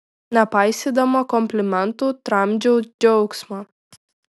nepaisydama komplimentų tramdžiau džiaugsmą